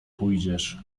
pójdziesz